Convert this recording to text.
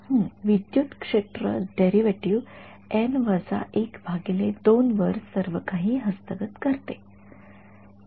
हं विद्युत क्षेत्र डेरिव्हेटिव्ह वर सर्व काही हस्तगत करतो